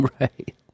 Right